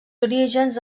orígens